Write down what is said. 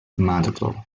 marto